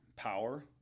power